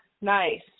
Nice